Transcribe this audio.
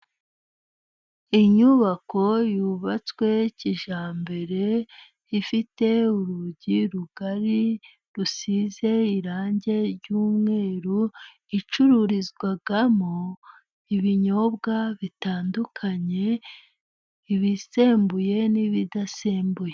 Inyubako yubatswe kijyambere， ifite urugi rugari， rusize irangi ry'umweru， icururizwamo ibinyobwa bitandukanye， ibisembuye n'ibidasembuye.